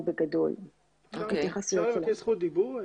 אפשר לבקש זכות דיבור?